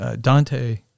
Dante